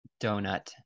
donut